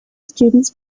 students